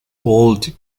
hold